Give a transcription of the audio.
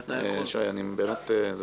נא להפריד אותן מאל על,